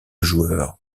joueurs